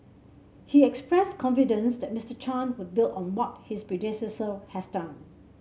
he expressed confidence that Mister Chan would build on what his predecessor has done